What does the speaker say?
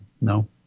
no